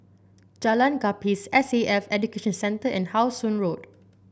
Jalan Gapis S A F Education Centre and How Sun Road